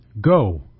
Go